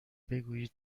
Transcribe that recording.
بگویید